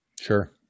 Sure